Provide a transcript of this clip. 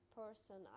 person